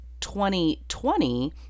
2020